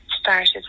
started